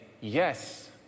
Yes